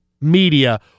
media